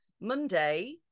Monday